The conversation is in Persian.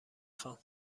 خوام